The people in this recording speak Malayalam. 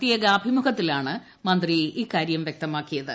പ്രത്യേക അഭിമുഖത്തിലാണ് മന്ത്രി ഇക്കാര്യം വ്യക്തമാക്കിയത്